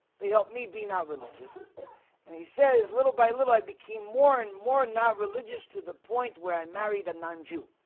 they helped me be not religious and he says little by little i became more and more not religious to the point where i married a non-jew